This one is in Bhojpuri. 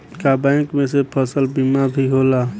का बैंक में से फसल बीमा भी होला?